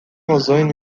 rozojn